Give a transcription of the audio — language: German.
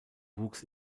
wuchs